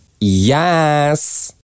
yes